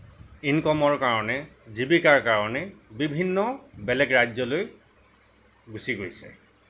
ইনকামৰ কাৰণে জীৱিকাৰ কাৰণে বিভিন্ন বেলেগ ৰাজ্যলৈ গুচি গৈছে